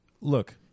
look